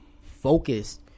focused